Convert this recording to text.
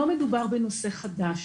לא מדובר בנושא חדש,